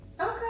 Okay